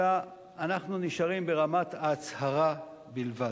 אלא אנחנו נשארים ברמת ההצהרה בלבד.